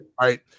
Right